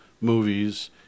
movies